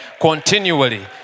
continually